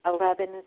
Eleven